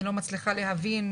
אני לא מצליחה להבין.